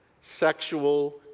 sexual